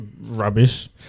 rubbish